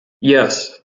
yes